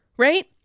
right